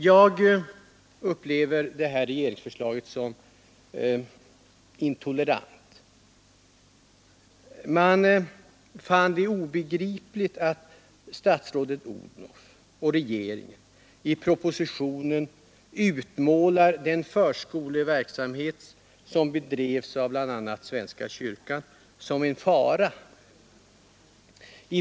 Jag upplever detta regeringsförslag som intolerant. Jag finner det obegripligt att statsrådet Odhnoff och regeringen i propositionen utmålar den förskoleverksamhet som bedrivs av bl.a. svenska kyrkan som en fara.